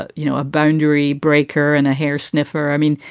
ah you know, a boundary breaker and a hair sniffer, i mean,